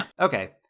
Okay